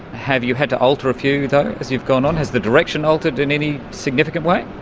have you had to alter a few though as you've gone on? has the direction altered in any significant way?